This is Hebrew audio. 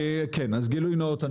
אז גילוי נאות,